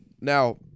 Now